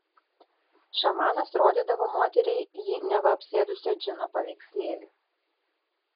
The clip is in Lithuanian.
šamanas rodydavo moteriai jį neva apsėdusio džino paveikslėlį